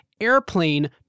airplane